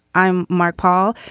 i'm mark paul.